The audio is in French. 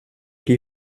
qui